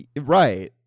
Right